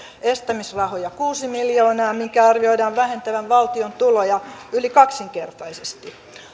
estämisrahoja kuusi miljoonaa minkä arvioidaan vähentävän valtion tuloja yli kaksinkertaisesti